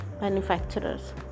manufacturers